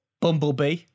Bumblebee